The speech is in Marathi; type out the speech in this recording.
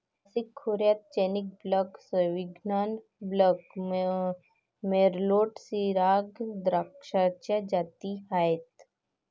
नाशिक खोऱ्यात Chenin Blanc, Sauvignon Blanc, Merlot, Shiraz द्राक्षाच्या जाती आहेत